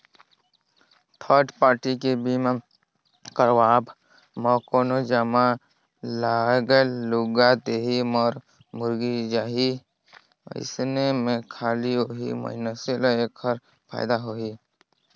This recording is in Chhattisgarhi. थर्ड पारटी के बीमा करवाब म कोनो जघा लागय लूगा देही, मर मुर्री जाही अइसन में खाली ओही मइनसे ल ऐखर फायदा होही